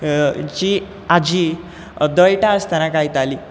जी आजी दळटा आसतना गायताली